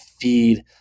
feed